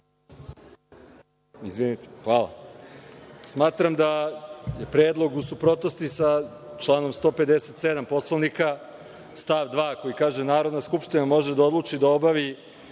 Đurišić** Hvala. Smatram da je predlog u suprotnosti sa članom 157. Poslovnika stav 2, koji kaže – Narodna skupština može da odluči da obavi